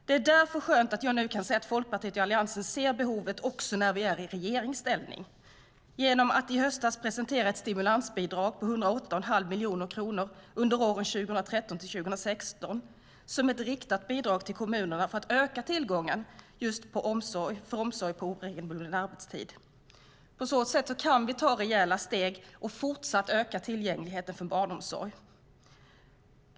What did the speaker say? Det är därför skönt att jag nu kan säga att Folkpartiet och Alliansen ser behovet också när vi är i regeringsställning genom att vi i höstas presenterade ett stimulansbidrag på 108,5 miljoner kronor under åren 2013-2016 som ett riktat bidrag till kommunerna för att öka tillgången till just omsorg på obekväm arbetstid. På så sätt kan vi ta rejäla steg och fortsätta öka tillgängligheten till barnomsorg.